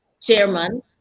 chairman